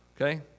okay